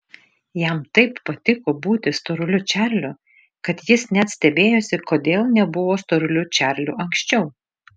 jam taip patiko būti storuliu čarliu kad jis net stebėjosi kodėl nebuvo storuliu čarliu anksčiau